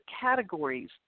categories